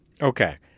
Okay